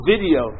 Video